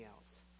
else